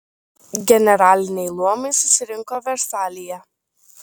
generaliniai luomai susirinko versalyje